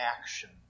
action